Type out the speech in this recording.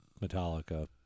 Metallica